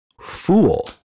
Fool